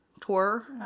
tour